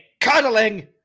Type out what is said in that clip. cuddling